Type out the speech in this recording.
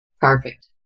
Perfect